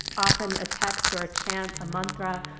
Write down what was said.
often a text or a chant, a mantra,